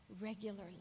regularly